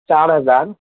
چار ہزار